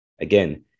Again